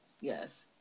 Yes